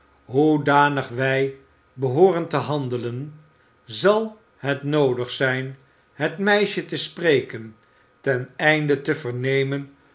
hoedanig wij behooren te hande en zal het noodig zijn het meisje te spreken ten einde te vernemen